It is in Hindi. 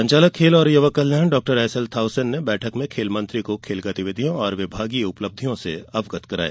संचालक खेल और युवा कल्याण डॉ एस एल थाउसेन ने बैठक में खेल मंत्री को खेल गतिविधियों और विभागीय उपलब्धियों से अवगत कराया